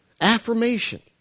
affirmation